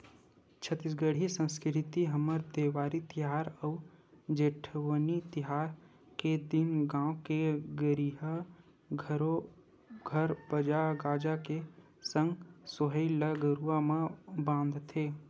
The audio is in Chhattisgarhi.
छत्तीसगढ़ी संस्कृति हमर देवारी तिहार अउ जेठवनी तिहार के दिन गाँव के गहिरा घरो घर बाजा गाजा के संग सोहई ल गरुवा म बांधथे